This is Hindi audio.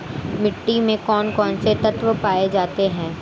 मिट्टी में कौन कौन से तत्व पाए जाते हैं?